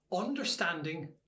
Understanding